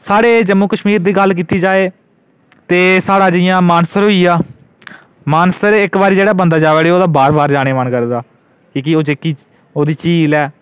साढ़े जम्मू कश्मीर दी गल्ल कीती जा ते साढ़ा जि'यां मानसर होइया मानसर जेह्ड़ा बंदा जा बार बार जाने गी मन करदा क्योंकि ओह् जेह्की झील ऐ एह्डी'